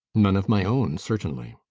none of my own, certainly.